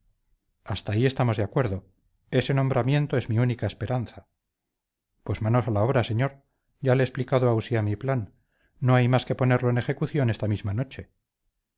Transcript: hasta ahí estamos de acuerdo ese nombramiento es mi única esperanza pues manos a la obra señor ya le he explicado a usía mi plan no hay más que ponerlo en ejecución esta misma noche